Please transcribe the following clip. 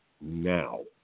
now